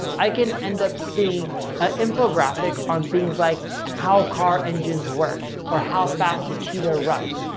i can end up seeing an infographic on things like how car engines work or how fast a cheetah runs,